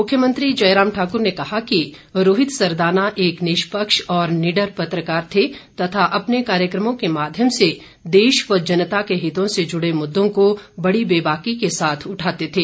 मुख्यमंत्री जयराम ठाकुर ने कहा कि रोहित सरदाना एक निष्पक्ष और निडर पत्रकार थे तथा अपने कार्यक्रमों के माध्यम से देश व जनता के हितों से जुड़े मुद्दों को बड़ी बेबाकी के साथ उठाते थे